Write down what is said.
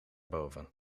boven